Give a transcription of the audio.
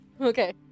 Okay